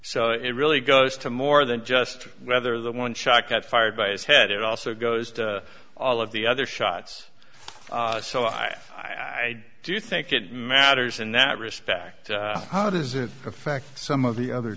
so it really goes to more than just whether the one shot got fired by his head it also goes to all of the other shots so i i i do think it matters in that respect how does it affect some of the other